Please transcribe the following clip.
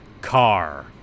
car